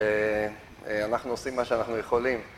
אנחנו עושים מה שאנחנו יכולים